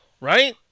Right